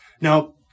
now